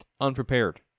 Unprepared